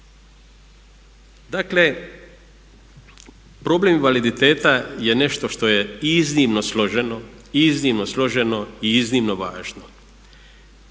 Dakle, problem invaliditeta je nešto što je iznimno složeno, iznimno složeno i iznimno važno.